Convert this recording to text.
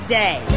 day